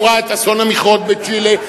הוא ראה את אסון המכרות בצ'ילה,